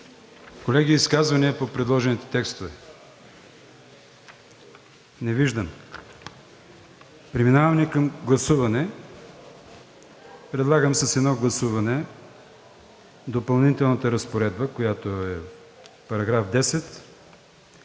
Колеги, изказвания по предложените текстове? Не виждам. Преминаваме към гласуване. Предлагам на едно гласуване – Допълнителната разпоредба, която е § 10,